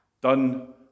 Done